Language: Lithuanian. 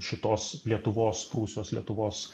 šitos lietuvos prūsijos lietuvos